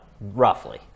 roughly